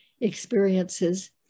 experiences